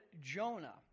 Jonah